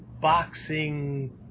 boxing